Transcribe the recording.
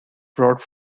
brought